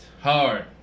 hard